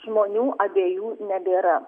žmonių abiejų nebėra